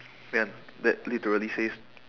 fam that literally says